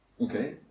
Okay